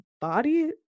body